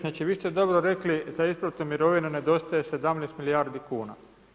Znači vi ste dobro rekli za isplatu mirovina nedostaje 17 milijardi kuna.